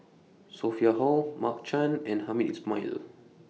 Sophia Hull Mark Chan and Hamed Ismail